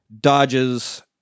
dodges